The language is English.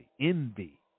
envy